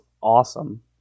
awesome